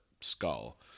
skull